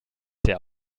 der